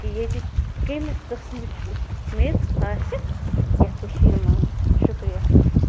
کہِ ییٚتِکۍ کٮ۪مہِ قسمٕچ مٮ۪ژ آسہِ یَتھ کٔشیٖرِ منٛز شُکرِیہ